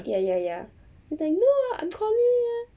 ya ya ya it's like no ah I'm tony ah